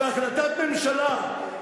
והחלטת ממשלה,